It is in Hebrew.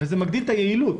וזה מגדיל את היעילות